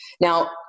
Now